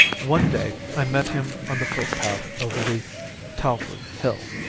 one day i met him on the footpath over the talfourd hill.